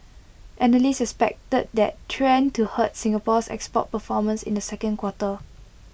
analysts expected that trend to hurt Singapore's export performance in the second quarter